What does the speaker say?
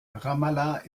ramallah